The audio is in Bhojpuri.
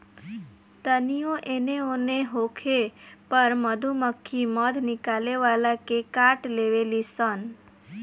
तानियो एने ओन होखे पर मधुमक्खी मध निकाले वाला के काट लेवे ली सन